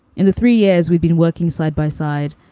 in the three years we've been working side by side,